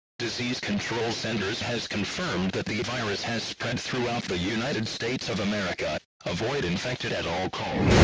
disease control center has confirmed that the virus has spread throughout the united states of america. avoid infected at all costs.